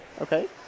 Okay